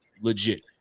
legit